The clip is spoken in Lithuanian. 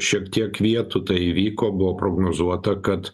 šiek tiek vietų tai įvyko buvo prognozuota kad